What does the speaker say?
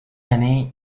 année